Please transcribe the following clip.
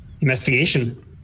investigation